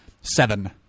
seven